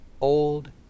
old